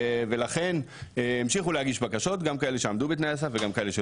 ולכן המשיכו להגיש בקשות, גם כאלה שעמדו בתנאי הסף